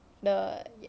the ya eh